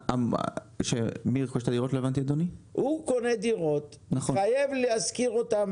הוא קונה דירות והוא מתחייב להשכיר אותן